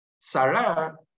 Sarah